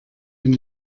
wenn